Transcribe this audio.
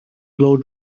blow